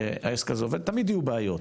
תמיד יהיו בעיות,